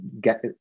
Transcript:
get